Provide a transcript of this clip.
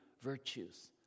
virtues